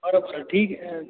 बरं बरं ठीक आहे